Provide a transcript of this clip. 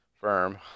firm